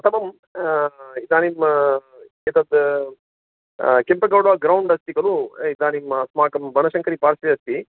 प्रथमम् इदानीम् एतत् केम्पगौडा ग्रौण्ड् अस्ति खलु इदानीम् अस्माकं बनशङ्करी पार्श्वे अस्ति